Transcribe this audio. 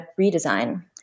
redesign